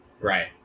right